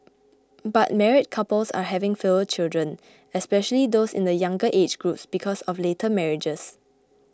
but married couples are having fewer children especially those in the younger age groups because of later marriages